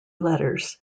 letters